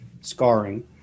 scarring